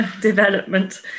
development